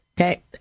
Okay